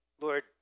Lord